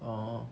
or